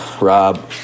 Rob